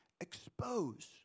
expose